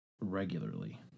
regularly